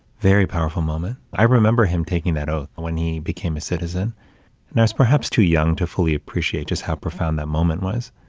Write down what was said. very powerful moment. i remember him taking that oath when he became a citizen. and that's perhaps too young to fully appreciate just how profound that moment was.